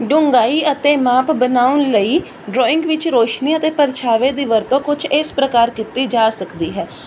ਡੁੰਘਾਈ ਅਤੇ ਮਾਪ ਬਨਾਉਣ ਲਈ ਡਰਾਇੰਗ ਵਿੱਚ ਰੋਸ਼ਨੀ ਅਤੇ ਪਰਛਾਵੇ ਦੀ ਵਰਤੋਂ ਕੁਝ ਇਸ ਪ੍ਰਕਾਰ ਕੀਤੀ ਜਾ ਸਕਦੀ ਹੈ